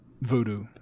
Voodoo